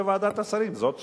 וועדת השרים היא זו שתחליט.